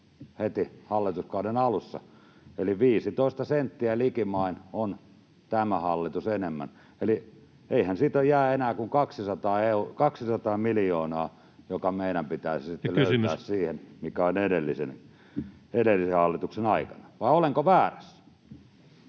heti hallituskauden alussa, eli 15 senttiä likimain on tämä hallitus enemmän... eli eihän siitä jää enää kuin 200 miljoonaa, joka meidän pitäisi sitten... ...löytää siihen, mikä on ollut edellisen hallituksen aikana. Vai olenko väärässä?